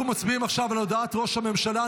אנחנו מצביעים עכשיו על הודעת ראש הממשלה.